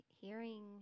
hearing